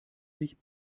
sich